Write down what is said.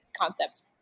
concept